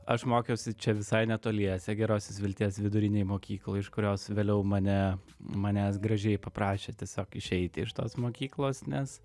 aš mokiausi čia visai netoliese gerosios vilties vidurinėj mokykloj iš kurios vėliau mane manęs gražiai paprašė tiesiog išeiti iš tos mokyklos nes